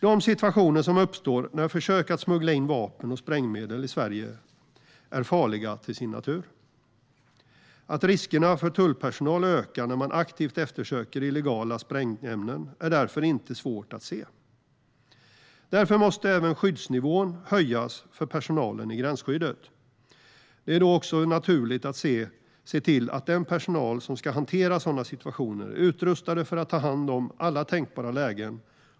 De situationer som uppstår när försök görs att smuggla in vapen och sprängmedel i Sverige är farliga till sin natur. Att riskerna för tullpersonalen ökar när den aktivt eftersöker illegala sprängämnen är därför inte svårt att se. Därför måste även skyddsnivån höjas för personalen i gränsskyddet. Det är då naturligt att se till att den personal som ska hantera sådana situationer är utrustad för att ta hand om alla tänkbara lägen.